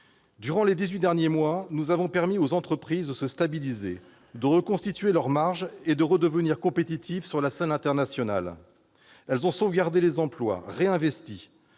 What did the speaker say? Durant les dix-huit derniers mois, nous avons permis aux entreprises de se stabiliser, de reconstituer leurs marges et de redevenir compétitives sur la scène internationale. Elles ont sauvegardé les emplois, réinvesti